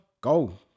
Go